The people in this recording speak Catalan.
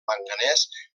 manganès